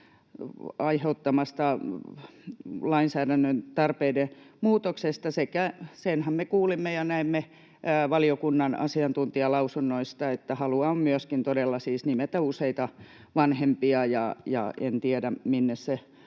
aiheuttamista lainsäädännön muutostarpeista. Senhän me kuulimme ja näimme valiokunnan asiantuntijalausunnoista, että halua on todella myöskin siis nimetä useita vanhempia. En tiedä, minne se